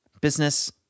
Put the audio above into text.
business